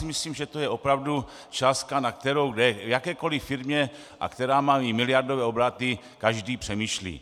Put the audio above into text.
Myslím, že to je opravdu částka, nad kterou v jakékoli firmě, a která má i miliardové obraty, každý přemýšlí.